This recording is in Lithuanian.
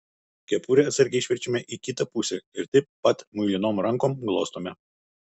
kepurę atsargiai išverčiame į kitą pusę ir taip pat muilinom rankom glostome